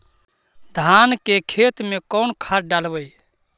धान के खेत में कौन खाद डालबै?